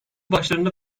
başlarında